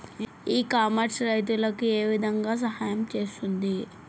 ఇ commerce రైతులకు ఏ విధంగా సహాయం చేస్తుంది?